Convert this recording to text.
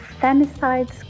femicides